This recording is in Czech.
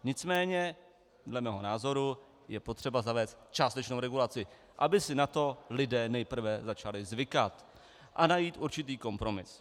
Nicméně dle mého názoru je potřeba zavést částečnou regulaci, aby si na to lidé nejprve začali zvykat a najít určitý kompromis.